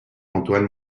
antoine